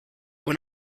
when